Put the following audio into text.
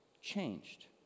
changed